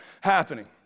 happening